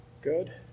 good